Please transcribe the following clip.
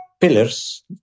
pillars